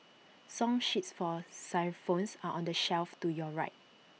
song sheets for xylophones are on the shelf to your right